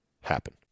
happen